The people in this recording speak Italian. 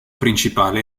principale